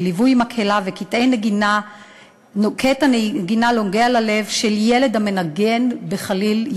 בליווי מקהלה וקטע נגינה נוגע ללב של ילד המנגן בחליל,